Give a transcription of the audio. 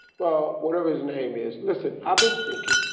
ah, whatever his name is, listen, i've been thinking.